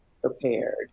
prepared